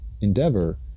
endeavor